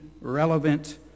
relevant